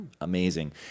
amazing